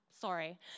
Sorry